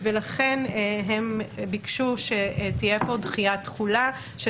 לכן הם ביקשו שתהיה פה דחיית תחולה של